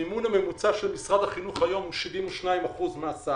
המימון הממוצע של משרד החינוך היום הוא 72% מההסעה,